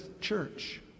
church